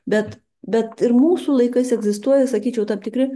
bet bet ir mūsų laikais egzistuoja sakyčiau tam tikri